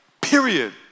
period